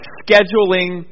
scheduling